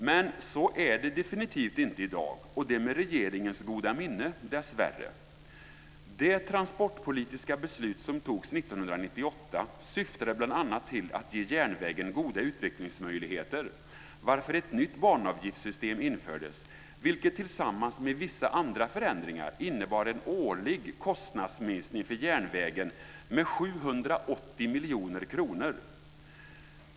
Men så är det definitivt inte i dag, och det med regeringens goda minne, dessvärre. Det transportpolitiska beslut som togs 1998 syftade bl.a. till att ge järnvägen goda utvecklingsmöjligheter, varför ett nytt banavgiftssystem infördes. Tillsammans med vissa andra förändringar innebar det en årlig kostnadsminskning för järnvägen med 780 miljoner kronor.